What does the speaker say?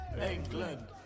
England